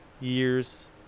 years